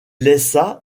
laissa